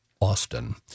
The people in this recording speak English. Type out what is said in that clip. Austin